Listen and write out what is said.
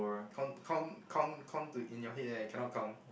count count count count to in your head eh I cannot count